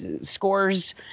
Scores